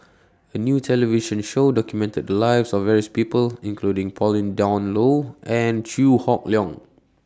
A New television Show documented The Lives of various People including Pauline Dawn Loh and Chew Hock Leong